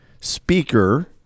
speaker